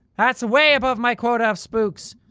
that's way above my quota of spooks.